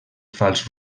fals